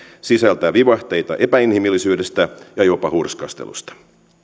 sisältää vivahteita epäinhimillisyydestä ja jopa hurskastelusta